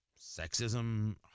Sexism